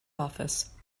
office